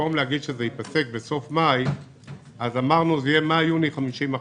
במקום להגיד שזה ייפסק בסוף מאי אמרנו שזה יהיה מאי יוני 50%,